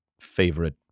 favorite